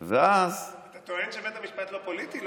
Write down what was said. אז, אתה טוען שבית המשפט לא פוליטי?